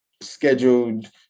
scheduled